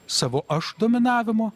savo aš dominavimo